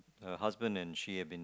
her husband and she have been